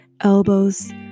elbows